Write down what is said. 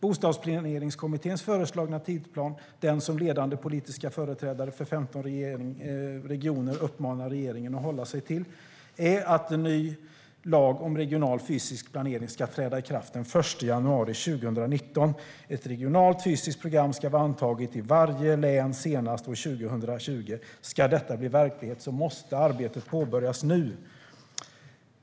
Bostadsplaneringskommitténs föreslagna tidsplan, det vill säga den som ledande politiska företrädare för 15 regioner uppmanar regeringen att hålla sig till, är att en ny lag om regional fysisk planering ska träda i kraft den 1 januari 2019. Ett regionalt fysiskt program ska vara antaget i varje län senast år 2020. Ska detta bli verklighet måste arbetet påbörjas nu.